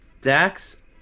Dax